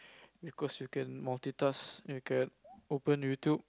because you can multitask you can open YouTube